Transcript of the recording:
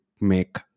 make